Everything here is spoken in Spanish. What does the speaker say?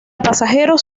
pasajeros